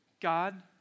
God